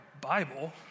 Bible